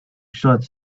shots